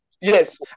yes